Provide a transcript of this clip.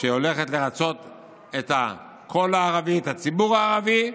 שהולכת לרצות את הקול הערבי, את הציבור הערבי,